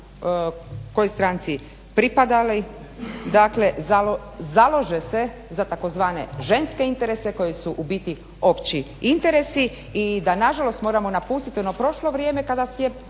kojoj stranci pripadali založe se za tzv. ženske interese koji su u biti opći interesi i da nažalost moramo napustiti ono prošlo vrijeme kada je